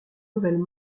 nouvelle